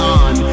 on